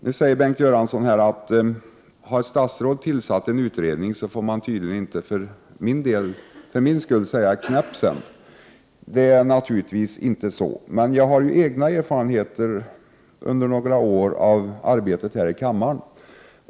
Nu säger Bengt Göransson att har ett statsråd tillsatt en utredning, får han sedan tydligen enligt min mening inte säga ett knäpp sedan. Det är naturligtvis inte så, men jag har ju egna erfarenheter under några år av arbetet i riksdagen.